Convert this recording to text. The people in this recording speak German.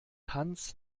hans